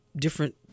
different